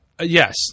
Yes